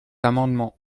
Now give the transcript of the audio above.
amendement